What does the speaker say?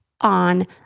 on